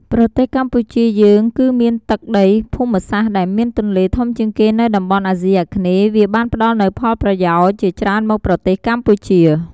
ប្រទេសកម្ពុជាយើងគឺមានទឹកដីភូមិសាស្រ្ត ដែលមានទន្លេធំជាងគេនៅតំបន់អាស៊ីអាគ្នេយ៍ វាបានផ្តល់នូវប្រយោជន៍ជាច្រើនមកប្រជាជនកម្ពុជា។